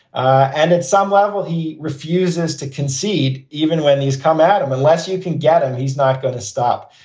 and at some level, he refuses to concede even when these come at him, unless you can get him. he's not going to stop.